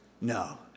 no